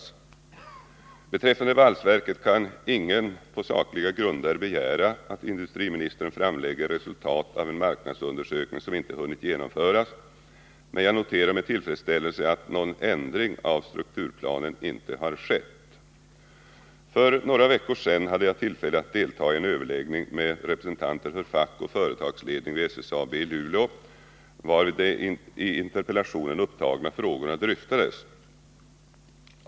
Vad beträffar valsverket kan ingen på sakliga grunder begära att industriministern framlägger resultat av en marknadsundersökning som inte hunnit genomföras, men jag noterar med tillfredsställelse att någon ändring av strukturplanen inte har skett. För några veckor sedan hade jag tillfälle att delta i en överläggning med representanter för fack och företagsledning vid SSAB i Luleå, varvid de i interpellationen upptagna frågorna dryftades.